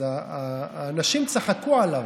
אז הנשים צחקו עליו.